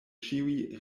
ĉiuj